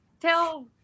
tell